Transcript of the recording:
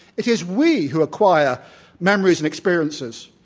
it is we who acquire memories and experiences,